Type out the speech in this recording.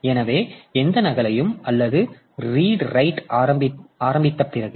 எனவே எந்த நகலையும் அல்லது ரீடு ரைட் ஆரம்பித்த பிறகு